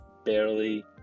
Barely